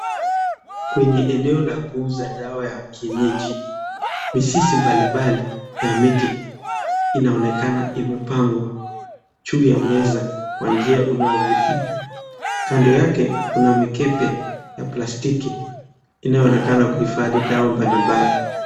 Kwenye eneo ya kuuza dawa za kienyeji, mizizi mbali mbali ya miti, inaonekana imepangwa juu ya meza kwa njia inayovutia. Kando yake kuna mikebe ya plastiki, inaonekana kuhifadhi dawa mbali mbali.